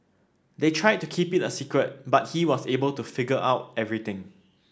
they tried to keep it a secret but he was able to figure everything out